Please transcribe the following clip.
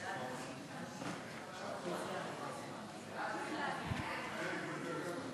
ההצעה להעביר את הצעת חוק שירותי תיירות (תיקון,